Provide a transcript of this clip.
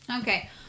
Okay